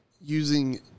using